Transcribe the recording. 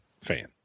fan